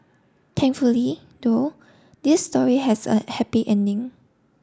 thankfully though this story has a happy ending